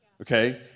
okay